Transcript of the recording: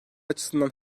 açısından